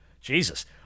Jesus